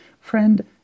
Friend